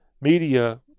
Media